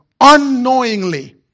unknowingly